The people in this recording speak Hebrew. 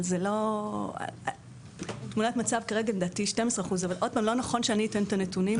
אבל זה לא נכון שאני אתן את הנתונים האלה.